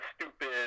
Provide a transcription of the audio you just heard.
stupid